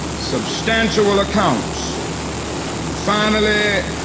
substantial accounts. and finally,